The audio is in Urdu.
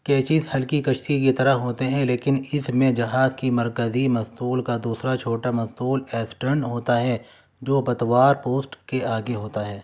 کیچز ہلکی کشتی کی طرح ہوتے ہیں لیکن اس میں جہاز کے مرکزی مستول کا دوسرا چھوٹا مستول ایسٹرن ہوتا ہے جو پتوار پوسٹ کے آگے ہوتا ہے